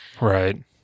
Right